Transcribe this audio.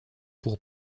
pour